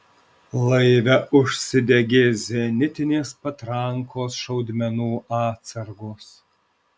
laive užsidegė zenitinės patrankos šaudmenų atsargos